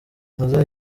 muzehe